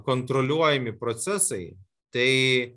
kontroliuojami procesai tai